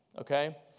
okay